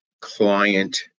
client